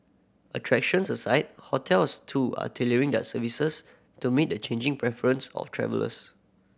attractions aside hotels too are tailoring their services to meet the changing preference of travellers